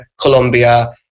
Colombia